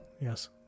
Yes